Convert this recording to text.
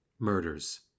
murders